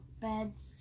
beds